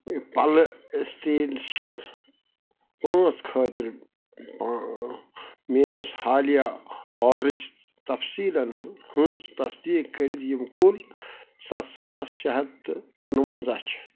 ٲں پلہٕ سٹیشن پانٛژھ خٲطرٕ پا میٛٲنس حالیہ آرڈرٕچ تفصیٖلن ہنٛز تصدیٖق کٔرتھ یم کل ستھ ساس شےٚ ہتھ تہٕ کُنوَنٛزاہ چھِ